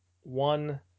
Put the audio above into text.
one